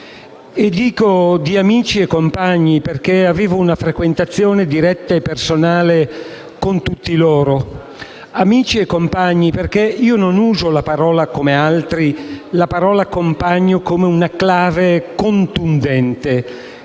Parlo di amici e compagni perché intrattenevo una frequentazione diretta e personale con molti di loro. Amici e compagni, perché non uso, come fanno altri, la parola compagno come una clava contundente,